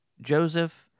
Joseph